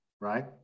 right